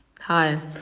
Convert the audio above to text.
hi